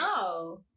no